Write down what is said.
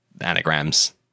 anagrams